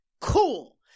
cool